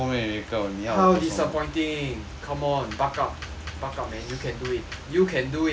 how disappointing come on buck up buck up man you can do it you can do it